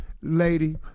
Lady